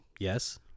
Yes